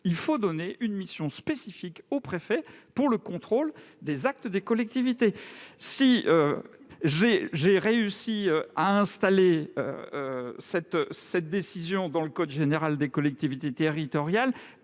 il faut donner une mission spécifique aux préfets pour le contrôle des actes des collectivités. J'ai réussi à trouver une place pour cette décision dans le code général des collectivités territoriales